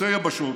חוצה יבשות,